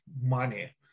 money